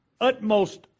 utmost